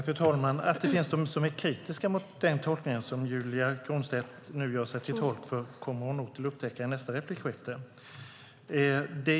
Fru talman! Att det finns de som är kritiska mot den tolkning som Julia Kronlid nu ger uttryck för kommer hon nog att upptäcka i nästa replikskifte.